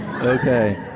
Okay